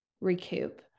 recoup